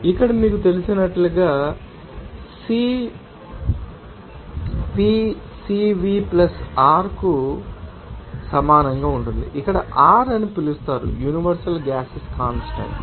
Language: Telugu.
కాబట్టి ఇక్కడ మీకు తెలిసినట్లుగా వ్యక్తీకరించబడిన ఈ సంబంధం CP CV R కు సమానంగా ఉంటుంది ఇక్కడ R అని పిలుస్తారు యూనివర్సల్ గ్యాసెస్ కాన్స్టాంట్